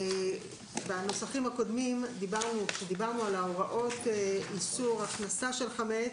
בנוסחים הקודמים כשדיברנו על הוראות איסור הכנסה של חמץ,